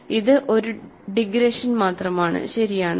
ഇത് ഒരു ഡിഗ്രേഷൻ മാത്രമാണ് ശരിയാണ്